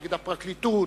נגד הפרקליטות,